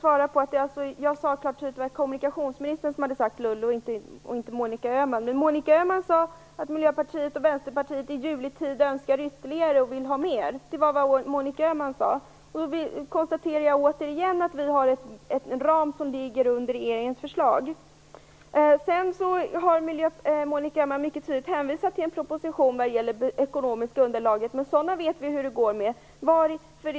Herr talman! Jag vill bara påpeka att det var kommunikationsministern som hade använt ordet "lullull", inte Monica Öhman. Men Monica Öhman sade att Miljöpartiet och Vänsterpartiet i juletid önskar få mer. Jag konstaterar återigen att vi har en ram som ligger under regeringens förslag. Monica Öhman har mycket riktigt hänvisat till en proposition när det gäller det ekonomiska underlaget, men vi vet hur det går med sådana.